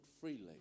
freely